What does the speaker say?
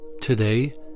Today